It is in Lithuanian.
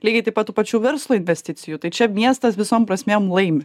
lygiai taip pat tų pačių verslo investicijų tai čia miestas visom prasmėm laimi